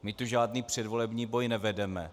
My tu žádný předvolební boj nevedeme.